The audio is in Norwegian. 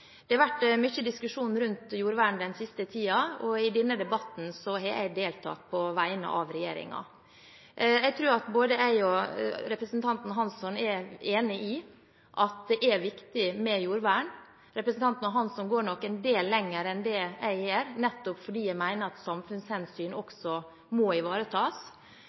Det har vært mye diskusjon rundt jordvern den siste tiden, og i denne debatten har jeg deltatt på vegne av regjeringen. Jeg tror at både jeg og representanten Hansson er enig i at det er viktig med jordvern – representanten Hansson går nok en del lenger enn det jeg gjør. Jeg mener at nettopp samfunnshensyn også må ivaretas,